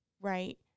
right